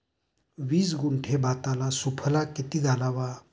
वीस गुंठे भाताला सुफला किती घालावा?